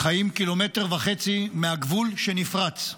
חיים קילומטר וחצי מהגבול שנפרץ.